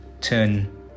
turn